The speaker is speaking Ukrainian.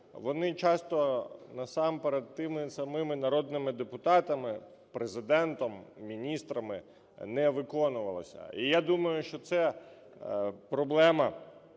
вони часто насамперед тими самими народними депутатами, Президентом, міністрами не виконувалися. І я думаю, що це проблема,